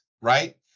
right